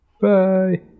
Bye